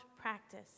practice